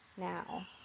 Now